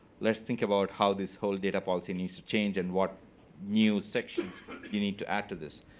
let's think about how this whole data policy needs to change and what new sections you need to add to this.